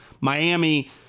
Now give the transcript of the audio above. Miami